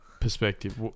perspective